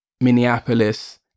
minneapolis